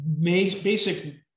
basic